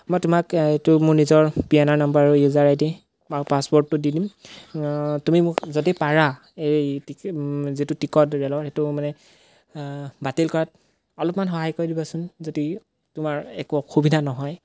মই তোমাক এইটো মোৰ নিজৰ পি এন আৰ নাম্বাৰ আৰু ইউজাৰ আই ডি আৰু পাছপৰ্টটো দি দিম তুমি মোক যদি পাৰা এই টিক যিটো টিকট ৰে'লৰ সেইটো মানে বাতিল কৰাত অলপমান সহায় কৰি দিবাচোন যদি তোমাৰ একো অসুবিধা নহয়